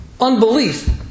unbelief